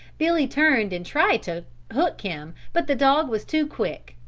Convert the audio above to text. billy turned and tried to hook him but the dog was too quick.